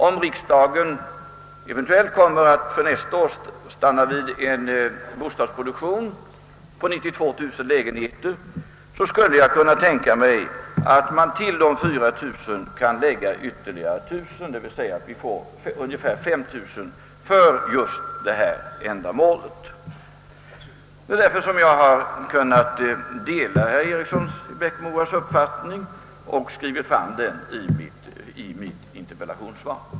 Om riksdagen för nästa år eventuellt kommer att stanna vid en bostadsproduktion av 92000 lägenheter, skulle jag kunna tänka mig att till de 4000 kan läggas ytterligare 1000, d.v.s. det blir fråga om ungefär 5 000 lägenheter för just det här ändamålet. Det är därför som jag har kunnat dela herr Erikssons i Bäckmora uppfattning på det sätt som framgår av mitt interpellationssvar.